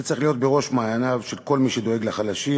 זה צריך להיות בראש מעייניו של כל מי שדואג לחלשים.